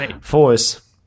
force